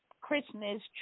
Christmas